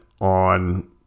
on